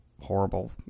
horrible